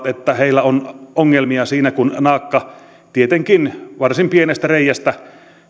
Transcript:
että heillä on ongelmia siinä kun naakka tietenkin varsin pienestä reiästä